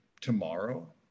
tomorrow